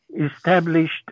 established